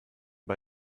bei